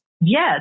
Yes